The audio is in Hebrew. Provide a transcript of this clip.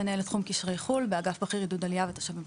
מנהלת תחום קשרי חו"ל באגף בכיר עידוד עלייה ותושבים חוזרים.